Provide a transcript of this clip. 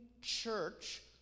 church